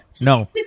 no